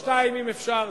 שתיים, אם אפשר.